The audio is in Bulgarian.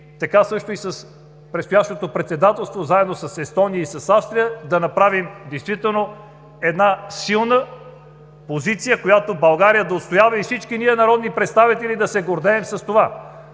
така също и с предстоящото председателство, заедно с Естония и с Австрия да направим действително една силна позиция, която България да отстоява и всички ние – народни представители, да се гордеем с това.